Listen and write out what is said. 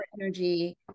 energy